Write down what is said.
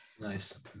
Nice